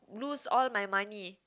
lose all my money